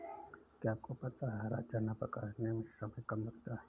क्या आपको पता है हरा चना पकाने में समय कम लगता है?